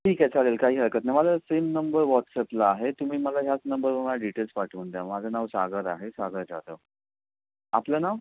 ठीक आहे चालेल काही हरकत नाही माझा सेम नंबर वॉट्सॅपला आहे तुम्ही मला ह्याच नंबरवर मला डिटेल्स पाठवून द्या माझं नाव सागर आहे सागर जाधव आपलं नाव